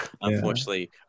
unfortunately